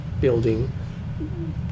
building